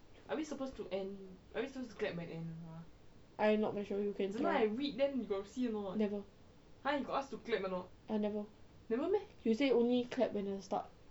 I not very sure you can clap never I never he say only clap at the start